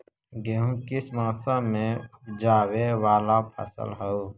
गेहूं किस मौसम में ऊपजावे वाला फसल हउ?